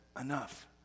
enough